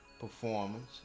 performance